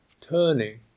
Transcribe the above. turning